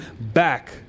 back